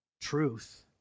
truth